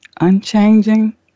Unchanging